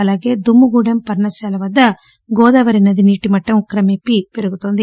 అలాగే దుమ్మగూడెం పర్ణశాల వద్ద గోదావరి నది నీటిమట్లం క్రమేపీ పెరుగుతోంది